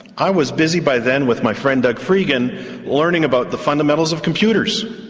i was busy by then with my friend doug fregin learning about the fundamentals of computers,